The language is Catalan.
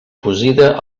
cosida